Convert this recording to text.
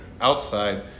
outside